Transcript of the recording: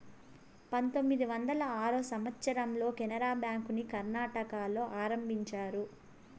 పంతొమ్మిది వందల ఆరో సంవచ్చరంలో కెనరా బ్యాంకుని కర్ణాటకలో ఆరంభించారు